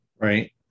right